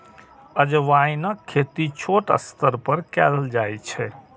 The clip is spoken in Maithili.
अजवाइनक खेती छोट स्तर पर कैल जाइ छै